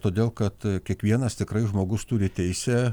todėl kad kiekvienas tikrai žmogus turi teisę